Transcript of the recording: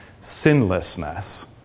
sinlessness